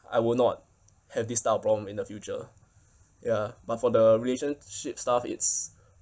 I will not have this type of problem in the future ya but for the relationship stuff it's